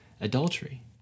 adultery